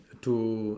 to